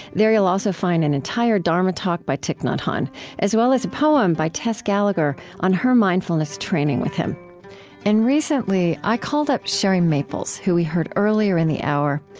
there you will also find an entire dharma talk by thich nhat hanh as well as a poem by tess gallagher on her mindfulness training with him and recently, i called up cheri maples, who we heard earlier in the hour,